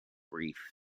brief